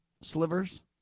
slivers